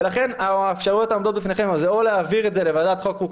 ולכן האפשרויות העומדות בפניכם הן או להעביר את זה לוועדת חוק,